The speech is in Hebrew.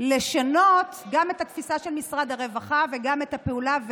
לשנות גם את התפיסה של משרד הרווחה וגם את הפעולה.